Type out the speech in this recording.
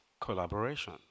collaboration